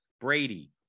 Brady